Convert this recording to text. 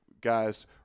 guys